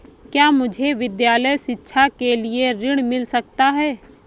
क्या मुझे विद्यालय शिक्षा के लिए ऋण मिल सकता है?